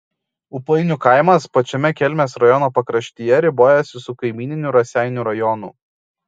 ūpainių kaimas pačiame kelmės rajono pakraštyje ribojasi su kaimyniniu raseinių rajonu